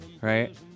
Right